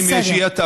בסדר.